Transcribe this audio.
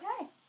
Okay